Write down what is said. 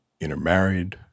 intermarried